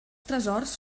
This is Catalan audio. tresors